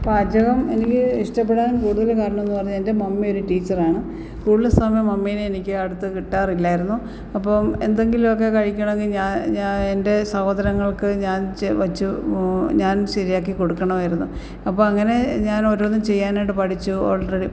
പാചകം എനിക്ക് ഇഷ്ടപ്പെടാൻ കൂടുതല് കാരണമെന്ന് പറഞ്ഞാൽ എൻ്റെ മമ്മി ഒരു ടീച്ചറാണ് കൂടുതല് സമയം മമ്മീനെ എനിക്ക് അടുത്ത് കിട്ടാറില്ലായിരുന്നു അപ്പോള് എന്തെങ്കിലുമൊക്കെ കഴിക്കണമെങ്കില് ഞാൻ എൻ്റെ സഹോദരങ്ങൾക്ക് ഞാൻ വച്ചു ഞാൻ ശരിയാക്കി കൊടുക്കണമായിരുന്നു അപ്പോള് അങ്ങനെ ഞാനോരോന്ന് ചെയ്യാനായിട്ട് പഠിച്ചു ഓൾറെഡി